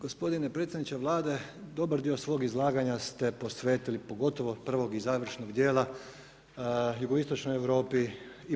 Gospodine predsjedniče Vlade, dobar dio svog izlaganja ste posvetili, pogotovo prvog i završnog dijela, jugoistočnoj Europi i BiH.